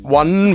one